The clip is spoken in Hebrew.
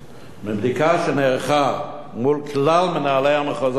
מבדיקה שנערכה מול כלל מנהלי המחוזות עלה